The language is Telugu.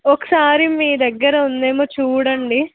ఒకసారి మీ దగ్గర ఉందేమో చూడండి